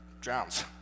drowns